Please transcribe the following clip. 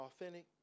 authentic